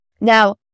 Now